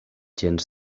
gens